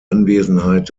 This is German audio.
anwesenheit